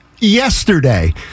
yesterday